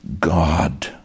God